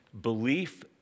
belief